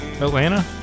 Atlanta